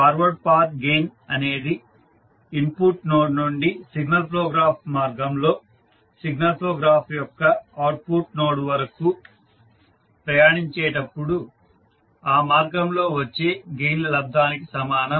forward path gain అనేది input node నుండి signal flow మార్గంలో సిగ్నల్ ఫ్లో గ్రాఫ్ యొక్క అవుట్పుట్ నోడ్ వరకు ప్రయాణించినప్పుడు ఆ మార్గంలో వచ్చే గెయిన్ ల లబ్దానికి సమానం